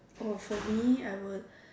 orh for me I would